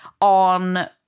on